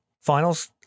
finals